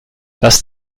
das